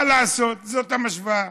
מה לעשות, זאת המשוואה.